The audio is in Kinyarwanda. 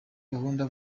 gukunda